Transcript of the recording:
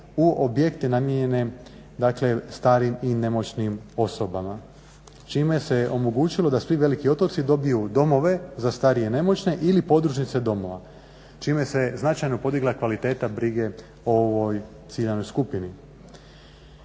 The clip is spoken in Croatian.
u objekte namijenjene starim i nemoćnim osobama, čime se omogućilo da svi veliki otoci dobiju domove za starije i nemoćne ili podružnice domova čime se značajno podigla kvaliteta brige o ovoj ciljanoj skupini.